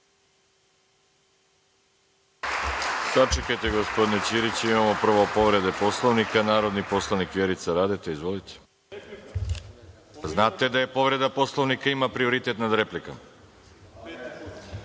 Sačekajte gospodine Ćiriću, imamo prvo povrede Poslovnika. Reč ima narodni poslanik Vjerica Radeta. Izvolite. Znate da povreda Poslovnika ima prioritet nad replikama.